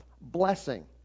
Blessing